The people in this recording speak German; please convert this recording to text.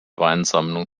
weinsammlung